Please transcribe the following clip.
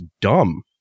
dumb